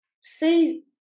see